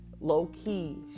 low-key